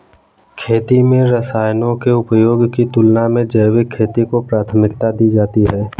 खेती में रसायनों के उपयोग की तुलना में जैविक खेती को प्राथमिकता दी जाती है